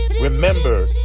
remember